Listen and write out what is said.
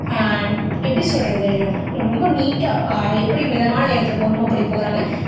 எப்படி சொல்கிறது ரொம்ப நீட்டாக எப்படி மிதமான வேகத்தில் போகணுமோ அப்படி போகிறாங்க